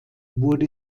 wurde